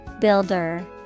Builder